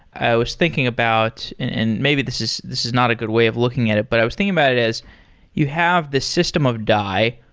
i was thinking about and maybe this is this is not a good way of looking at it, but i was thinking about it as you have this system of dai,